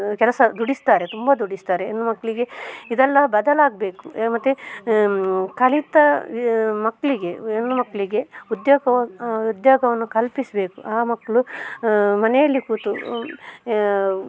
ಕೆಲಸ ದುಡಿಸ್ತಾರೆ ತುಂಬ ದುಡಿಸ್ತಾರೆ ಹೆಣ್ಣು ಮಕ್ಕಳಿಗೆ ಇದೆಲ್ಲ ಬದಲಾಗಬೇಕು ಮತ್ತು ಕಲಿತ ಮಕ್ಕಳಿಗೆ ಹೆಣ್ಣು ಮಕ್ಕಳಿಗೆ ಉದ್ಯೋಗವ ಉದ್ಯೋಗವನ್ನು ಕಲ್ಪಿಸಬೇಕು ಆ ಮಕ್ಕಳು ಮನೆಯಲ್ಲಿ ಕೂತು